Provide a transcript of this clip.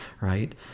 right